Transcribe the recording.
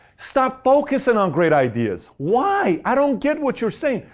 stop focusing on great ideas. why? i don't get what you're saying.